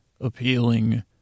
appealing